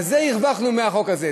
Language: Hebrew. אז את זה הרווחנו מהחוק הזה.